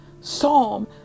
psalm